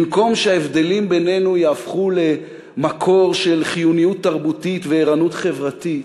במקום שההבדלים בינינו יהפכו למקור של חיוניות תרבותית וערנות חברתית,